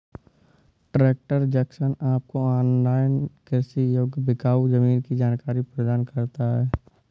tractor Junction आपको online कृषि योग्य बिकाऊ जमीन की जानकारी प्रदान करता है